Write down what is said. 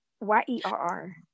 Y-E-R-R